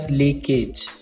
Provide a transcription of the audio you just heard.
leakage